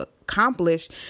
accomplished